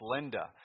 Linda